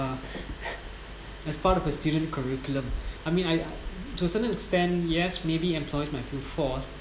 as part of a student's curriculum I mean I to a certain extent yes maybe employ my full force